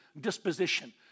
disposition